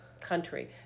country